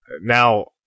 now